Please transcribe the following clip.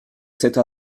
cette